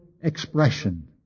expression